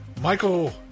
Michael